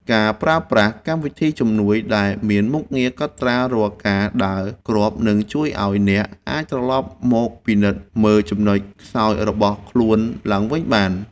ការប្រើប្រាស់កម្មវិធីជំនួយដែលមានមុខងារកត់ត្រារាល់ការដើរគ្រាប់នឹងជួយឱ្យអ្នកអាចត្រឡប់មកពិនិត្យមើលចំណុចខ្សោយរបស់ខ្លួនឯងឡើងវិញបាន។